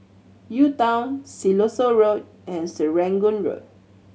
U Town Siloso Road and Serangoon Road